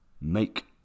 make